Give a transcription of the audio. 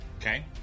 Okay